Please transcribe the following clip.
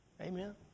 Amen